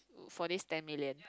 for this ten million